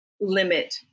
limit